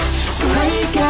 break